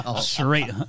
straight